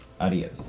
Adios